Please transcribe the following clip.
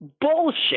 bullshit